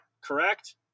correct